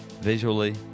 visually